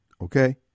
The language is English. okay